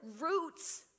roots